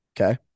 Okay